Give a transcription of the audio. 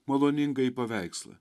maloningąjį paveikslą